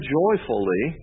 joyfully